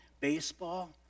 baseball